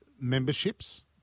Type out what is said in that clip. memberships